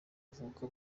uvuka